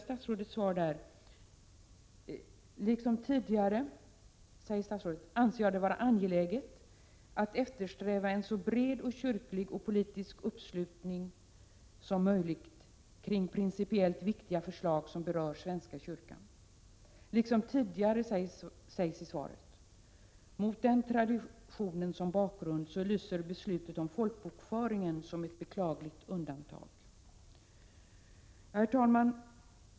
Statsrådet säger i svaret: ”Liksom tidigare anser jag det vara angeläget att eftersträva en så bred kyrklig och politisk uppslutning som möjligt kring principiellt viktiga förslag som berör svenska kyrkan.” Med denna tradition som bakgrund lyser beslutet om folkbokföringen som ett beklagligt undantag.